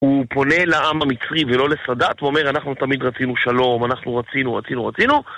הוא פונה לעם המצרים ולא לסאדאת, הוא אומר אנחנו תמיד רצינו שלום, אנחנו רצינו, רצינו, רצינו